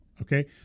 Okay